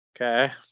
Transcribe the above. Okay